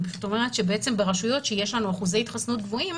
אני פשוט אומרת שברשויות שיש לנו אחוזי התחסנות גבוהים,